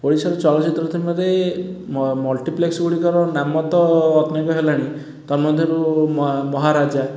ଓଡ଼ିଶାର ଚଳଚ୍ଚିତ୍ର ଦୁନିଆରେ ମ ମଲ୍ଟିପ୍ଲେକ୍ସଗୁଡ଼ିକର ନାମ ତ ଅନେକ ହେଲାଣି ତନ୍ମଧ୍ୟରୁ ମ ମହାରାଜା